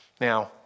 Now